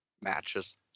matches